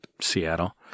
Seattle